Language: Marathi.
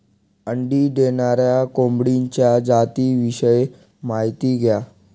अंडी देणाऱ्या कोंबडीच्या जातिविषयी माहिती द्या